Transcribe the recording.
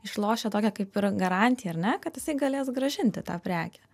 išlošia tokią kaip ir garantiją ar ne kad jisai galės grąžinti tą prekę